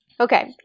Okay